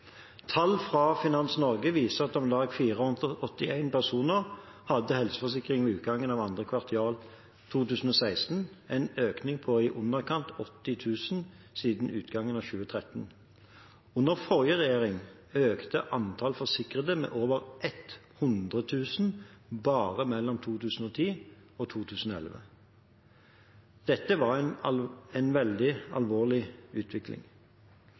Tall fra Finans Norge viser at om lag 481 000 personer hadde helseforsikring ved utgangen av 2. kvartal 2016, en økning på i underkant av 80 000 siden utgangen av 2013. Under forrige regjering økte antall forsikrede med over 100 000 bare mellom 2010 og 2011. Dette var en veldig alvorlig utvikling.